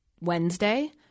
Wednesday